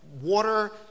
Water